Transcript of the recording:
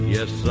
Yes